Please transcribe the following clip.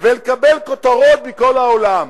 ולקבל כותרות מכל העולם,